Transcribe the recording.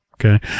Okay